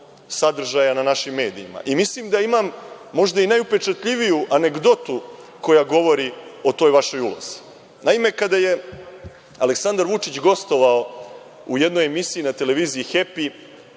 sadržaja na našim medijima. Mislim da imam možda i najupečatljiviju anegdotu koja govori o toj vašoj ulozi. Naime, kada je Aleksandar Vučić gostovao u jednoj emisiji na televiziji „Hepi“,